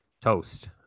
toast